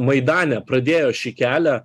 maidane pradėjo šį kelią